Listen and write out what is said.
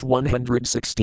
116